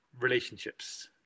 relationships